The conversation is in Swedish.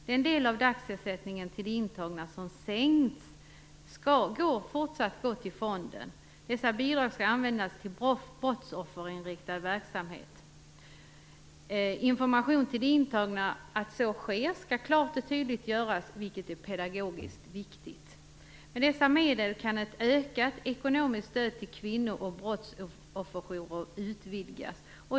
Den del av dagersättningen till de intagna som sänks skall fortsatt gå till fonden. Bidragen skall användas till brottsofferinriktad verksamhet. Information till de intagna att så sker skall klart tydligt ges. Det är pedagogiskt viktigt. Med dessa medel kan det ekonomiska stödet till kvinno och brottsofferjourer utvidgas.